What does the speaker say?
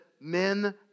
men